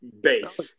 base